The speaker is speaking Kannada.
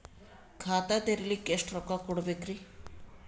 ಖಾತಾ ತೆರಿಲಿಕ ಎಷ್ಟು ರೊಕ್ಕಕೊಡ್ಬೇಕುರೀ?